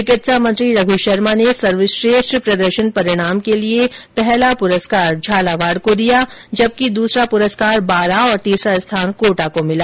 चिकित्सा मंत्री रघ् शर्मा ने सर्वश्रेष्ठ प्रदर्शन परिणाम के लिए प्रथम पुरस्कार झालावाड़ को दिया जबकि दूसरा पुरस्कार बारां और तीसरा स्थान कोटा को मिला